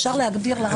אפשר להגביר?